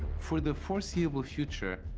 for the foreseeable future,